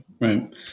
right